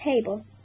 table